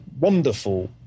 wonderful